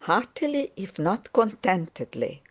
heartily if not contentedly